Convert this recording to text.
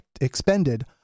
Expended